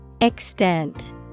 Extent